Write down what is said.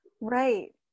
Right